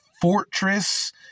fortress